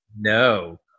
No